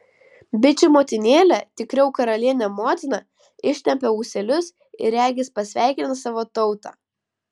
bičių motinėlė tikriau karalienė motina ištempia ūselius ir regis pasveikina savo tautą